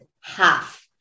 half